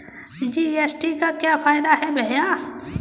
GST का क्या फायदा है भैया?